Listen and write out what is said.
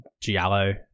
giallo